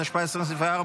התשפ"ה 2024,